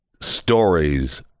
stories